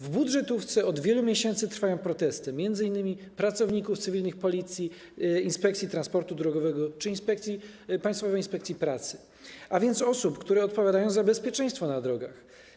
W budżetówce od wielu miesięcy trwają protesty, m.in. pracowników cywilnych Policji, Inspekcji Transportu Drogowego czy Państwowej Inspekcji Pracy, a więc osób, które odpowiadają za bezpieczeństwo na drogach.